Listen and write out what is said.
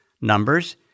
numbers